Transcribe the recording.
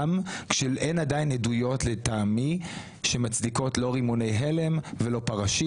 לטעמי אין עדיין עדויות שמצדיקות לא רימוני הלם ולא פרשים.